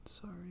Sorry